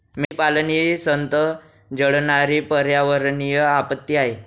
मेंढीपालन ही संथ जळणारी पर्यावरणीय आपत्ती आहे